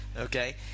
Okay